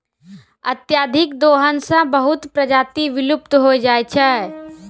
अत्यधिक दोहन सें बहुत प्रजाति विलुप्त होय जाय छै